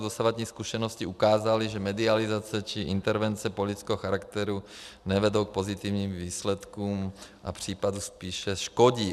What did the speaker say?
Dosavadní zkušenosti ukázaly, že medializace či intervence politického charakteru nevedou k pozitivním výsledkům a případu spíše škodí.